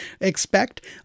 expect